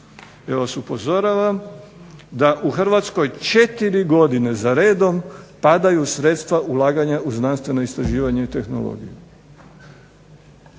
vas upozoravam da u Hrvatskoj 4 godine za redom padaju sredstva ulaganja u znanstveno istraživanje i tehnologiju.